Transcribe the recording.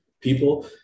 people